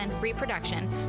reproduction